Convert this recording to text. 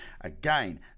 Again